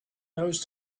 those